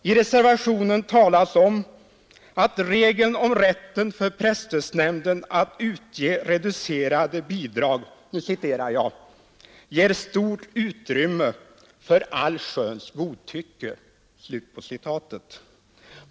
I reservationen talas om att regeln om rätten för presstödsnämnden att utge reducerade bidrag ”ger stort utrymme för allsköns godtycke”.